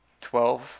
Twelve